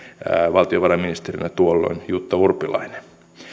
valtiovarainministerinä tuolloin jutta urpilainen